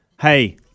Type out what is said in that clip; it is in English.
hey